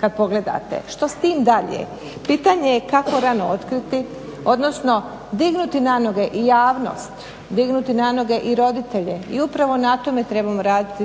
kad pogledate, što s tim dalje? pitanje je kako rano otkriti odnosno dignuti na noge i javnost, dignuti na noge i roditelje i upravo na tome trebamo raditi